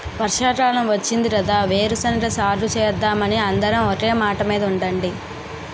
వర్షాకాలం వచ్చింది కదా వేరుశెనగ సాగుసేద్దామని అందరం ఒకే మాటమీద ఉండండి